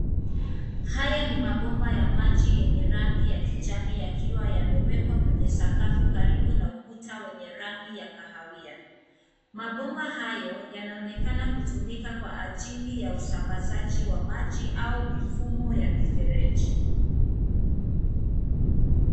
Haya ni mabomba ya maji yenye maji ya kijani yakiwa yamewekwa kwenye sakafu karibu na ukuta wenye rangi ya kahawia, mabomba hayo yanaonekana kutumika kwa ajili ya usambazaji wa maji au mifumo ya mifereji.